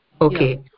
Okay